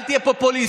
אל תהיה פופוליסט.